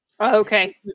Okay